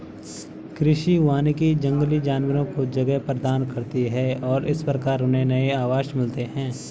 कृषि वानिकी जंगली जानवरों को जगह प्रदान करती है और इस प्रकार उन्हें नए आवास मिलते हैं